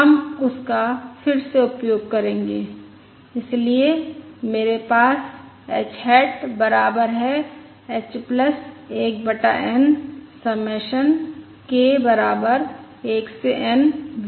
हम उस का फिर से उपयोग करेंगे इसलिए मेरे पास h हैट बराबर है h 1 बटा N समेशन k बराबर 1 से N V k के